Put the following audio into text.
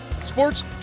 sports